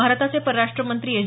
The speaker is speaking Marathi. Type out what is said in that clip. भारताचे परराष्ट्र मंत्री एस